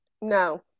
No